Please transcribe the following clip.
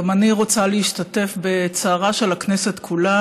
גם אני רוצה להשתתף בצערה של הכנסת כולה